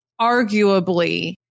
arguably